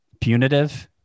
punitive